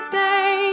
day